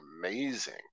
amazing